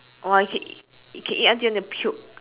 !wah! you can eat you eat until you want to puke